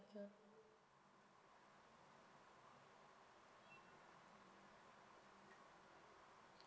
can